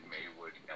Maywood